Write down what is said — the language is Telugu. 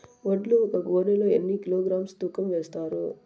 వడ్లు ఒక గోనె లో ఎన్ని కిలోగ్రామ్స్ తూకం వేస్తారు?